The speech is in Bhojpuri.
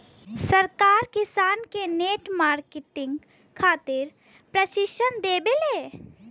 सरकार किसान के नेट मार्केटिंग खातिर प्रक्षिक्षण देबेले?